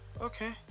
okay